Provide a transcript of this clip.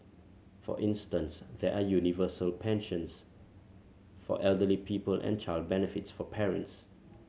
for instance there are universal pensions for elderly people and child benefits for parents